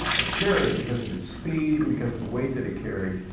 a chariot, because of its speed and because of the weight that it carried,